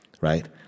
right